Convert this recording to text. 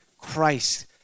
Christ